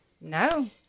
no